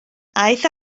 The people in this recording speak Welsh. aeth